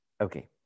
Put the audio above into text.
Okay